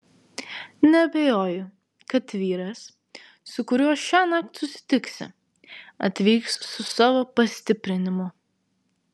neabejoju kad vyras su kuriuo šiąnakt susitiksi atvyks su savo pastiprinimu